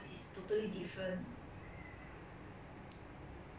with money I I think money is important in life lah